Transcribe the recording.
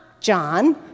John